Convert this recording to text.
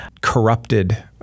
corrupted